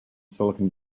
silicon